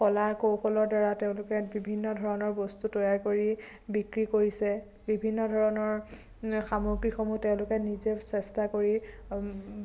কলা কৌশলৰ দ্বাৰা তেওঁলোকে বিভিন্ন ধৰণৰ বস্তু তৈয়াৰ কৰি বিক্ৰী কৰিছে বিভিন্ন ধৰণৰ সামগ্ৰীসমূহ তেওঁলোকে নিজে চেষ্টা কৰি